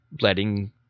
letting